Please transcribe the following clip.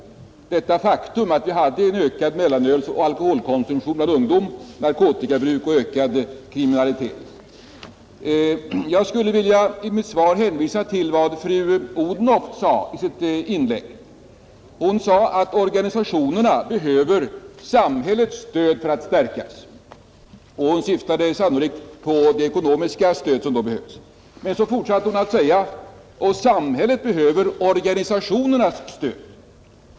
Det är ju ett faktum att vi har kunnat notera ökad konsumtion av mellanöl och alkohol bland ungdom, ökat narkotikamissbruk och ökad kriminalitet. Jag skulle vilja hänvisa till vad fru Odhnoff sade i sitt inlägg. Hon sade att organisationerna behöver samhällets stöd för att stärkas, och hon syftade sannolikt på det ekonomiska stöd som då behövs. Så fortsatte hon: Och samhället behöver organisationernas stöd.